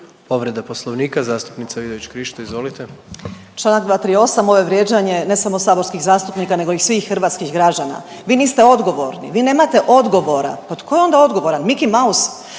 Povreda Poslovnika zastupnica Vidović Krišto, izvolite. **Vidović Krišto, Karolina (OIP)** Članak 238. ovo je vrijeđanje ne samo saborskih zastupnika nego i svih hrvatskih građana. Vi niste odgovorni, vi nemate odgovora. Pa tko je onda odgovoran? Miki Mouse?